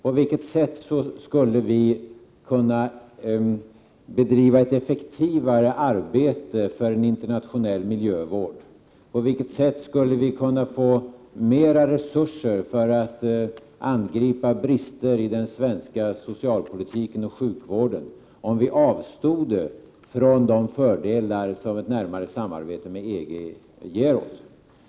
På vilket sätt skulle vi kunna utföra ett effektivare arbete för en internationell miljövård? På vilket sätt skulle vi kunna få mer resurser för att angripa brister Prot. 1987/88:114 i den svenska socialpolitiken och sjukvården, om vi avstode från de fördelar 4 maj 1988 som ett närmare samarbete med EG ger oss?